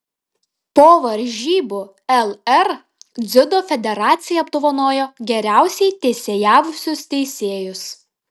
po varžybų lr dziudo federacija apdovanojo geriausiai teisėjavusius teisėjus